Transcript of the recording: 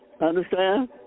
Understand